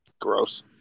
Gross